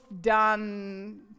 done